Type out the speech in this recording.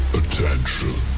attention